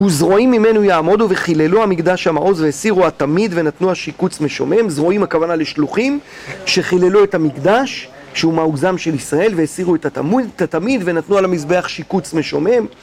וזרועים ממנו יעמודו וחיללו המקדש המעוז והסירו התמיד ונתנו השיקוץ משומם. זרועים הכוונה לשלוחים, שחיללו את המקדש, שהוא מעוזם של ישראל והסירו את התמיד ונתנו על המזבח שיקוץ משומם